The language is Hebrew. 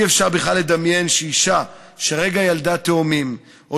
אי-אפשר בכלל לדמיין שאישה שהרגע ילדה תאומים או